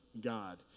God